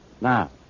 Now